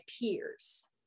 peers